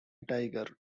tiger